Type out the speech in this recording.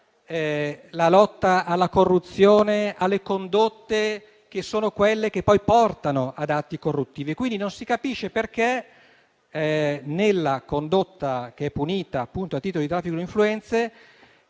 la lotta alla corruzione alle condotte che poi portano ad atti corruttivi. Quindi, non si capisce perché nella condotta che è punita a titolo di traffico di influenze